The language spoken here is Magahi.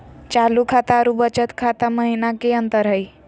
चालू खाता अरू बचत खाता महिना की अंतर हई?